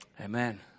Amen